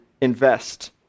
invest